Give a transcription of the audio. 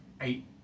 eight